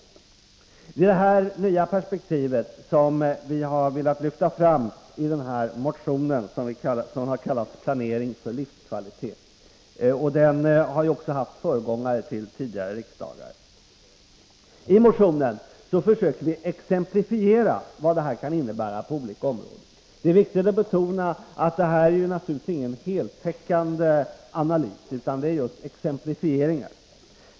Det är i detta nya perspektiv som vi i denna motion har velat lyfta fram det som har kallats ”Planering för livskvalitet”. Motionen har också haft föregångare i tidigare riksdagar. I motionen försöker vi exemplifiera vad detta kan innebära på olika områden. Det är viktigt att betona att det inte är fråga om en heltäckande analys utan om just exemplifieringar.